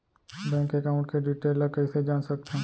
Bank account के detail ल कइसे जान सकथन?